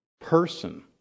person